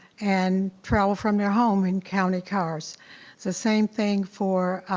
and travel from their home in county cars. it's the same thing for